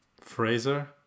fraser